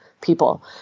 people